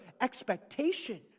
expectation